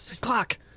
Clock